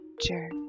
jerk